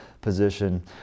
position